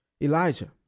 Elijah